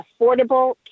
affordable